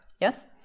Yes